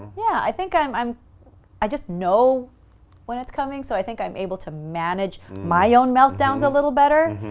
yeah, i think i'm i'm i just know when it's coming, so i think i'm able to manage my own meltdowns a little better,